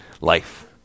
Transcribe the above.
life